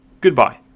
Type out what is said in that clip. Goodbye